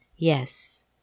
Yes